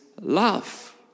love